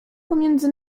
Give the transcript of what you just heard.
pomiędzy